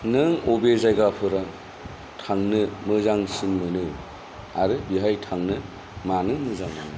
नों बबे जायगाफोराव थांनो मोजांसिन मोनो आरो बेहाय थांनो मानो मोजां मोनो